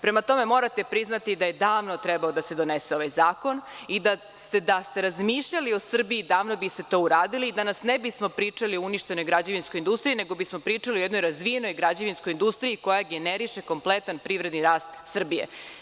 Prema tome, morate priznati da je davno trebalo da se donese ovaj zakon i da ste razmišljali o Srbiji davno biste to uradili i danas ne bismo pričali o uništenoj građevinskoj industriji nego bismo pričali o jednoj razvijenoj građevinskoj industriji koja generiše kompletan privredni rast Srbije.